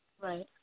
Right